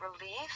relief